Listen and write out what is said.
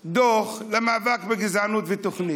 דוח על המאבק בגזענות ותוכנית.